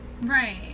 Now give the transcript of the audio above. Right